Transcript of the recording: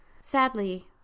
Sadly